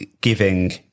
giving